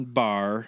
bar